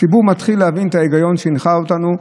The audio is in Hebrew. "הציבור מתחיל להבין את ההיגיון שהנחה אותנו".